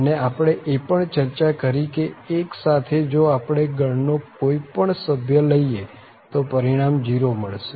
અને આપણે એ પણ ચર્ચા કરી કે 1 સાથે જો આપણે ગણ નો કોઈ પણ સભ્ય લઈએ તો પરિણામ 0 મળશે